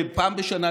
פעם בשנה,